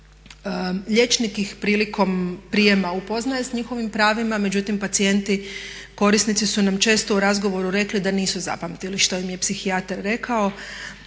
Liječnik ih prilikom prijema upoznaje s njihovim pravima, međutim pacijenti korisnici su nam često u razgovoru rekli da nisu zapamtili što im je psihijatar rekao.